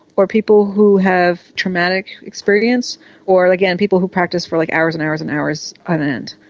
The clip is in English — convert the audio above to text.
or people who have traumatic experience or, again, people who practice for like hours and hours and hours on end,